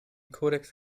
kodex